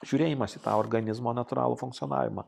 žiūrėjimas į tą organizmo natūralų funkcionavimą